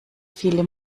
viele